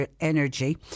energy